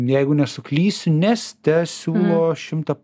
jeigu nesuklysiu neste siūlo šimtą